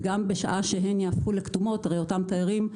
וגם בשעה שהן יהפכו לכתומות, הרי אותם תיירים,